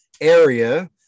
area